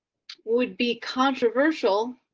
would be controversial.